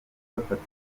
bafata